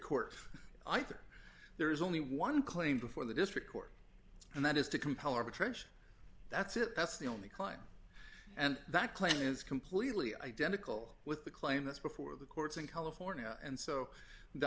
court either there is only one claim before the district court and that is to compel arbitration that's it that's the only client and that claim is completely identical with the claim that's before the courts in california and so the